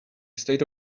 state